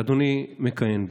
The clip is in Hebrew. שאדוני מכהן בו.